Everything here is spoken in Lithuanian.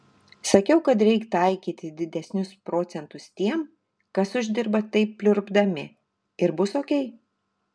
sakiau kad reik taikyti didesnius procentus tiem kas uždirba taip pliurpdami ir bus okei